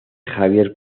javier